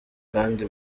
kandi